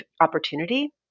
opportunity